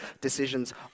decisions